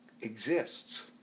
exists